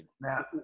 Now